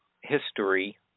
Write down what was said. history